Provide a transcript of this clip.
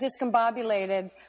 discombobulated